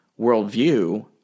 worldview